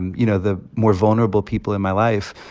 you know, the more vulnerable people in my life.